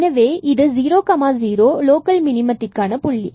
எனவே இது00 லோக்கல் மினிம்த்திக்கான புள்ளி